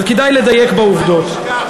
כדאי לדייק בעובדות.